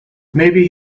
maybe